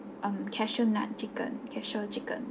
um cashew nut chicken cashew chicken